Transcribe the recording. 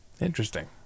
Interesting